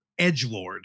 edgelord